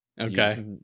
Okay